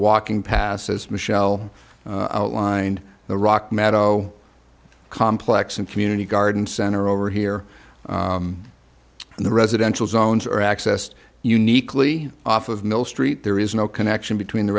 walking passes michelle aligned the rock meadow complex and community garden center over here in the residential zones are accessed uniquely off of mill street there is no connection between the